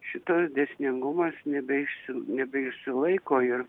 šitas dėsningumas nebeišeisi nebeišsilaiko ir